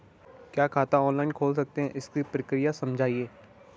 क्या खाता ऑनलाइन खोल सकते हैं इसकी प्रक्रिया समझाइए?